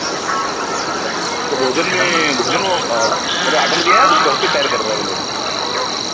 अच्छा तो भोजन में भोजन वह मतलब ऑर्डर दिया है फिर घर पर तैयार कर रहा है वह लोग